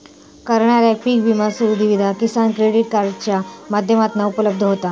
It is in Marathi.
करणाऱ्याक पीक विमा सुविधा किसान क्रेडीट कार्डाच्या माध्यमातना उपलब्ध होता